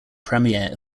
premiere